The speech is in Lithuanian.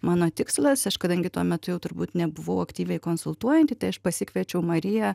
mano tikslas aš kadangi tuo metu jau turbūt nebuvau aktyviai konsultuojanti tai aš pasikviečiau mariją